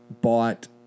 bought